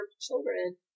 children